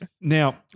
Now